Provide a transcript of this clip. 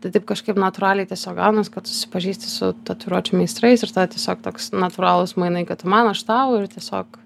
tai taip kažkaip natūraliai tiesiog gaunas kad susipažįsti su tatuiruočių meistrais ir tada tiesiog toks natūralūs mainai kad tu man aš tau ir tiesiog